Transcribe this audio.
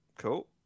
Cool